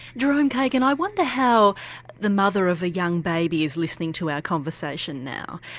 jerome kagan, i wonder how the mother of a young baby is listening to our conversation now?